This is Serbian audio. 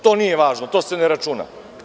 To nije važno, to se ne računa.